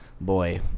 boy